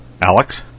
Alex